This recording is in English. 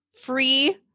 free